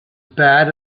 bad